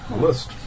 list